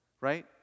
right